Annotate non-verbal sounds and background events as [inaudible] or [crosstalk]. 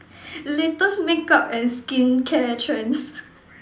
latest makeup and skincare trends [laughs]